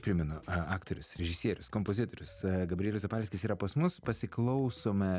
primenu a aktorius režisierius kompozitorius gabrielius zapalskis yra pas mus pasiklausome